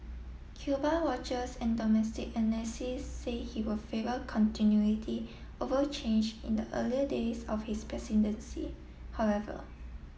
Cuba watchers and domestic analysis say he will favour continuity over change in the early days of his presidency however